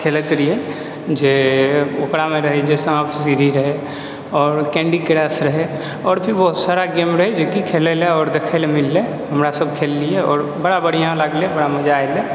खेलैत रहिए जे ओकरामे रहै जे साँप सीढी रहै आओर कैण्डी क्रैश रहै आओर भी बहुत सारा गेम रहै जे कि खेलैलए आओर देखै लए मिललै हमरा सब खेललिए आओर बड़ा बढ़िआँ लागलै बड़ा मजा एलै